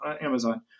Amazon